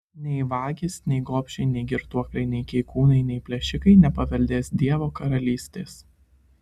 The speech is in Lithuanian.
nei vagys nei gobšai nei girtuokliai nei keikūnai nei plėšikai nepaveldės dievo karalystės